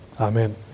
amen